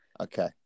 Okay